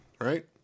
right